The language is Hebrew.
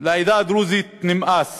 לעדה הדרוזית נמאס